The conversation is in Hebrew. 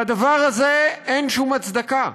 לדבר הזה אין שום הצדקה.